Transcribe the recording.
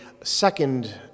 second